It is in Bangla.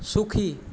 সুখী